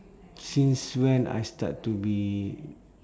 since when I start to be